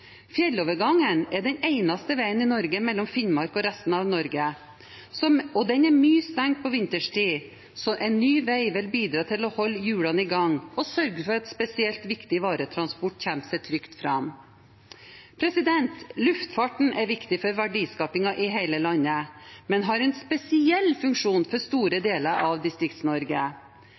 Fjellovergangen er den eneste veien mellom Finnmark og resten av Norge, og den er mye stengt på vinterstid, så en ny vei vil bidra til å holde hjulene i gang og sørge for at spesielt viktig varetransport kommer seg trygt fram. Luftfarten er viktig for verdiskapingen i hele landet, men har en spesiell funksjon for store deler av